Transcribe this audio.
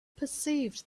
perceived